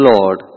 Lord